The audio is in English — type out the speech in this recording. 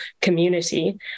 community